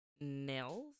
nails